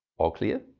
all clear?